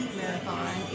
marathon